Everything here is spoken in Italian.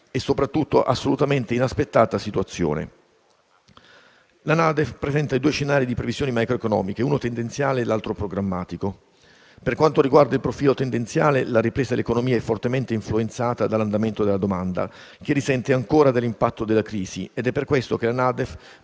e soprattutto assolutamente inaspettata situazione. La NADEF presenta due scenari di previsioni macroeconomiche, uno tendenziale e l'altro programmatico. Per quanto riguarda il profilo tendenziale, la ripresa dell'economia è fortemente influenzata dall'andamento della domanda, che risente ancora dell'impatto della crisi. È per questo che la NADEF